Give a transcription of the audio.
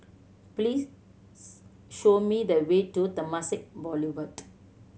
please show me the way to Temasek Boulevard